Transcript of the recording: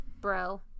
bro